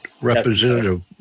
representative